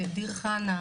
ודיר חנה,